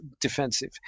defensive